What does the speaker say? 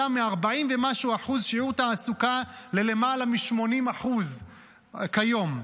שיעור התעסוקה עלה מ-40% ומשהו ללמעלה מ-80% כיום.